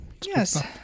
Yes